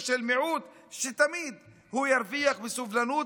של מיעוט שתמיד הוא ירוויח מסובלנות,